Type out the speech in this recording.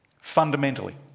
Fundamentally